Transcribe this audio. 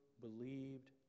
believed